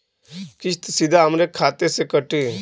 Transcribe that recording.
किस्त सीधा हमरे खाता से कटी?